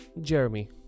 Jeremy